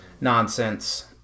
nonsense